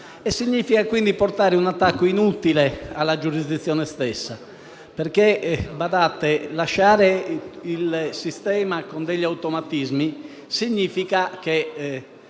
significa, quindi, portare un attacco inutile alla giurisdizione stessa. Badate che lasciare il sistema con degli automatismi, significa